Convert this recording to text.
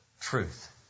truth